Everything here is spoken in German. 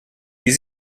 wie